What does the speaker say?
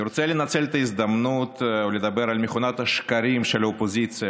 אני רוצה לנצל את ההזדמנות ולדבר על מכונת השקרים של האופוזיציה,